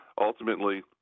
Ultimately